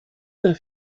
der